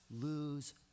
lose